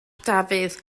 dafydd